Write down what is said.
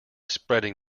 spreading